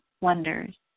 wonders